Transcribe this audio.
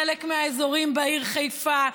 חלק מהאזורים בעיר חיפה,